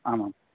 आमाम्